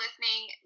listening